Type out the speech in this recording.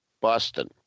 Boston